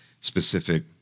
specific